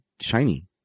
shiny